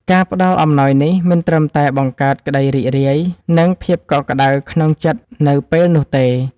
ការផ្តល់អំណោយនេះមិនត្រឹមតែបង្កើតក្តីរីករាយ និងភាពកក់ក្ដៅក្នុងចិត្តនៅពេលនោះទេ